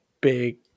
big